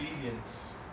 obedience